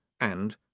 and